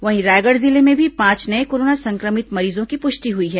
वहीं रायगढ़ जिले में भी पांच नये कोरोना संक्रमित मरीजों की पुष्टि हुई है